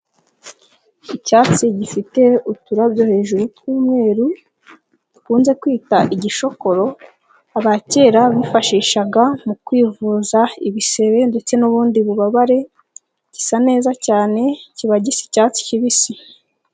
Icyatsi gifite uturabyo hejuru tw'umweru, dukunze kwita igishokoro, abakera bifashishaga mu kwivuza ibisebe ndetse n'ubundi bubabare, gisa neza cyane kiba gisa icyatsi kibisi.